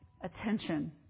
attention